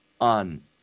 on